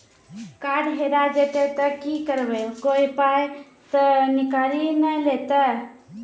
Card हेरा जइतै तऽ की करवै, कोय पाय तऽ निकालि नै लेतै?